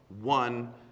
one